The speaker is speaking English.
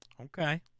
Okay